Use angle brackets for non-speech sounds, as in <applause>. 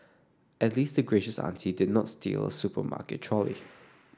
at least the gracious auntie did not steal a supermarket trolley <noise>